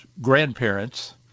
grandparents